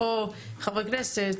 חברי כנסת,